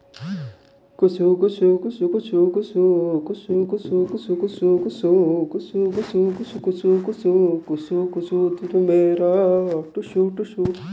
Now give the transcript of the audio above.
ಹನಿ ನೀರಾವರಿ ಅಳವಡಿಸುವಾಗ ತಿಳಿದಿರಬೇಕಾದ ವಿಷಯವೇನು?